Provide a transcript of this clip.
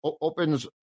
opens